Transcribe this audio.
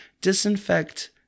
disinfect